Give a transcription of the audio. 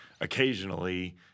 occasionally